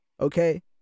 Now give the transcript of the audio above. okay